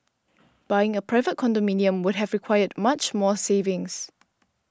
buying a private condominium would have required much more savings